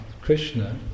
Krishna